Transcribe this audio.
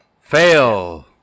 Fail